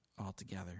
altogether